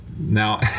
Now